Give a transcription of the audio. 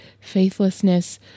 faithlessness